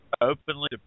openly